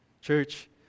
Church